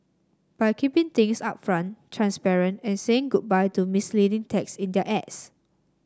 by keeping things upfront transparent and saying goodbye to misleading text in their ads